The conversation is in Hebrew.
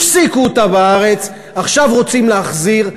הפסיקו אותה בארץ, עכשיו רוצים להחזיר.